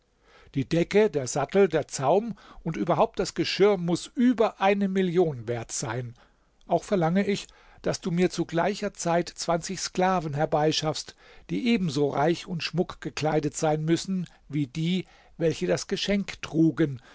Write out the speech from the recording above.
die decke der sattel der zaum und überhaupt das geschirr muß über eine million wert sein auch verlange ich daß du mir zu gleicher zeit zwanzig sklaven herbeischaffst die ebenso reich und schmuck gekleidet sein müssen wie die welche das geschenk trugen